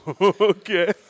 Okay